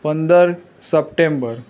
પંદર સપ્ટેમ્બર